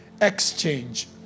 Exchange